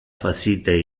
facite